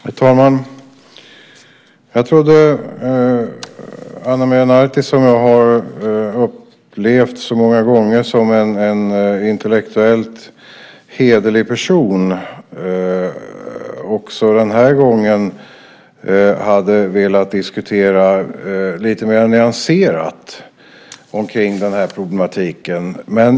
Herr talman! Jag trodde att Ana Maria Narti, som jag så många gånger har upplevt som en intellektuellt hederlig person, också den här gången hade velat diskutera lite mer nyanserat omkring den här problematiken.